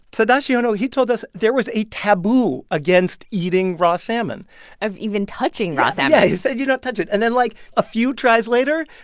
tadashi ono he told us there was a taboo against eating raw salmon even touching raw salmon yeah, he said do not touch it. and then, like, a few tries later,